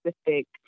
specific